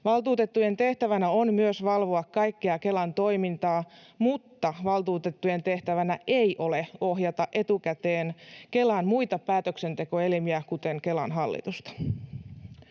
Valtuutettujen tehtävänä on myös valvoa kaikkea Kelan toimintaa, mutta valtuutettujen tehtävänä ei ole ohjata etukäteen Kelan muita päätöksenteko-elimiä, kuten Kelan hallitusta.